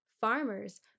Farmers